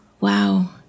Wow